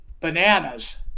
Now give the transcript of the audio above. bananas